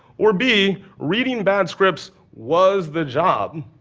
or b reading bad scripts was the job.